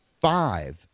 five